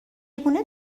چگونه